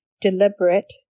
deliberate